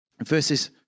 verses